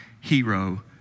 hero